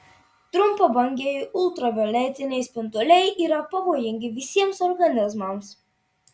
trumpabangiai ultravioletiniai spinduliai yra pavojingi visiems organizmams